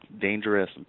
dangerous